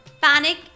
panic